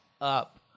up